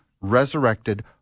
resurrected